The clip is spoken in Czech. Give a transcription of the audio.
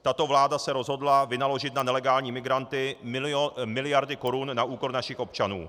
Tato vláda se rozhodla vynaložit na nelegální migranty miliardy korun na úkor našich občanů.